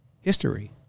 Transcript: history